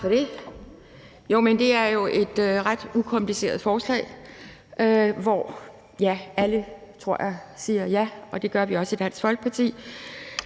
for det. Jo, men det er jo et ret ukompliceret forslag, hvor, ja, alle, tror jeg, siger ja, og det gør vi også i Dansk Folkeparti.